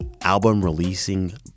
album-releasing